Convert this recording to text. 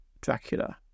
Dracula